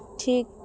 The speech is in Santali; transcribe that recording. ᱴᱷᱤᱠ